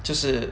就是